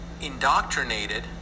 indoctrinated